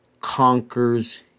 conquers